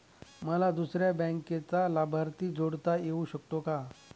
मला दुसऱ्या बँकेचा लाभार्थी जोडता येऊ शकतो का?